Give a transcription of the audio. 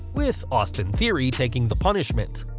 with austin theory taking the punishment.